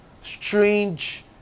Strange